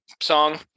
Song